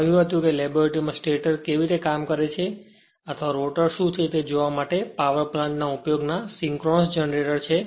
મેં કહ્યું હતું કે લેબોરેટરીમાં સ્ટેટર કેવી રીતે કામ કરે છે અથવા રોટર શું છે તે જોવા માટે પાવર પ્લાન્ટના ઉપયોગના સિંક્રોનસ જનરેટર છે